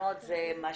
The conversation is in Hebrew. האחרונות זה מה